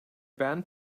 band